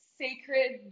sacred